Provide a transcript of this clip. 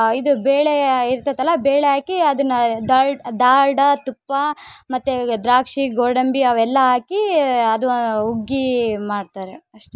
ಇದು ಬೇಳೆ ಇರ್ತದಲ್ಲ ಬೇಳೆ ಹಾಕಿ ಅದನ್ನು ಡಾಲ್ಡ ಡಾಲ್ಡ ತುಪ್ಪ ಮತ್ತು ದ್ರಾಕ್ಷಿ ಗೋಡಂಬಿ ಅವೆಲ್ಲಾ ಹಾಕೀ ಅದು ಹುಗ್ಗಿ ಮಾಡ್ತಾರೆ ಅಷ್ಟೇ